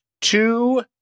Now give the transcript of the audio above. two